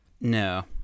No